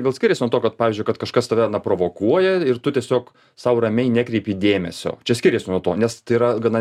gal skiriasi nuo to kad pavyzdžiui kad kažkas tave na provokuoja ir tu tiesiog sau ramiai nekreipi dėmesio čia skiriasi nuo to nes tai yra gana